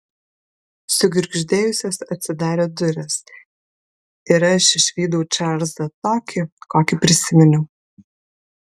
sugirgždėjusios atsidarė durys ir aš išvydau čarlzą tokį kokį prisiminiau